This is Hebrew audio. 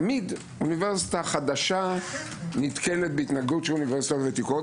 תמיד אוניברסיטה חדשה נתקלת בהתנגדות אוניברסיטאות חדשות,